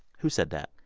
who said that?